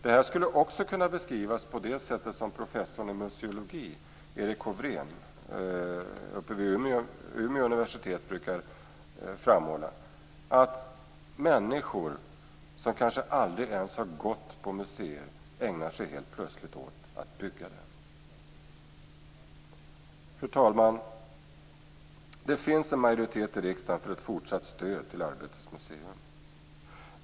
Det skulle också kunna beskrivas såsom professorn i museologi, Erik Hofrén, vid Umeå universitet brukar framhålla, nämligen att människor som aldrig har gått på museer ägnar sig plötsligt åt att bygga upp dem. Fru talman! Det finns en majoritet i riksdagen för ett fortsatt stöd till Arbetets museum.